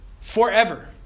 forever